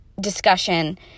discussion